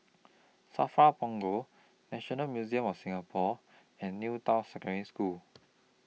SAFRA Punggol National Museum of Singapore and New Town Secondary School